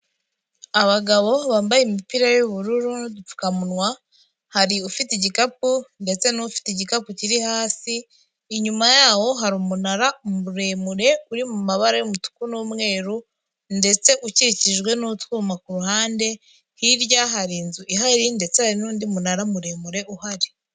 Abagabo bambaye imipira y'ubururu n'udupfukamunwa, hari ufite igikapu ndetse n'ufite igikapu kiri hasi; inyuma yaho hari umunara muremure uri mu mabara y'umutuku n'umweru, ndetse ukikijwe n'utwuma ku ruhande; hirya hari inzu ihari ndetse hari n'undi munara muremure uhari.